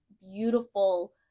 beautiful